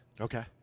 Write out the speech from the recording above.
okay